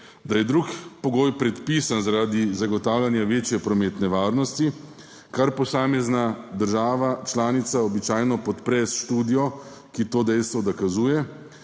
da je drugi pogoj predpisan zaradi zagotavljanja večje prometne varnosti, kar posamezna država članica običajno podpre s študijo, ki to dejstvo dokazuje,